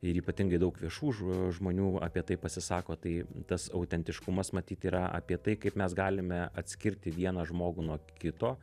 ir ypatingai daug viešų žmonių apie tai pasisako tai tas autentiškumas matyt yra apie tai kaip mes galime atskirti vieną žmogų nuo kito